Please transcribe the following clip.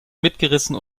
mitgerissen